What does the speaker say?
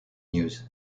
news